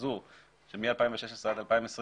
הזאת שמ-2016 עד 2022